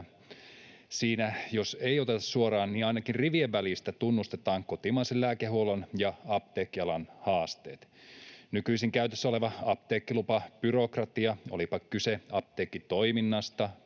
että jos ei suoraan, niin ainakin rivien välissä tunnustetaan kotimaisen lääkehuollon ja apteekkialan haasteet. Nykyisin käytössä oleva apteekkilupabyrokratia — olipa kyse apteekkitoiminnasta,